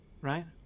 right